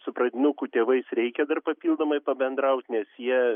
su pradinukų tėvais reikia dar papildomai pabendraut nes jie